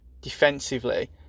defensively